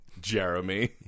Jeremy